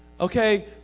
Okay